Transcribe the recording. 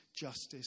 justice